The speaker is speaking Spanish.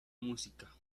música